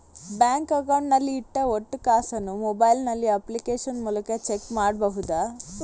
Bank account ನಲ್ಲಿ ಇಟ್ಟ ಒಟ್ಟು ಕಾಸನ್ನು ಮೊಬೈಲ್ ನಲ್ಲಿ ಅಪ್ಲಿಕೇಶನ್ ಮೂಲಕ ಚೆಕ್ ಮಾಡಬಹುದಾ?